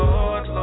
Lord